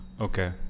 Okay